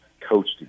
coached